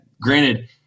Granted